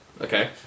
Okay